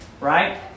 right